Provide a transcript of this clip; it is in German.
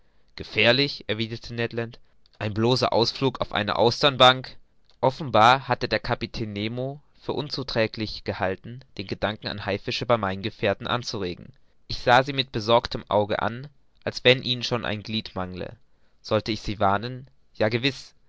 gefährlich erwiderte ned land ein bloßer ausflug auf eine austernbank offenbar hatte der kapitän nemo für unzuträglich gehalten den gedanken an haifische bei meinen gefährten anzuregen ich sah sie mit besorgtem auge an als wenn ihnen schon ein glied mangele sollte ich sie warnen ja gewiß